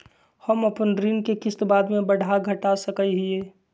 हम अपन ऋण के किस्त बाद में बढ़ा घटा सकई हियइ?